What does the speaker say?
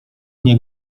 nie